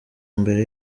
mbere